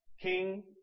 King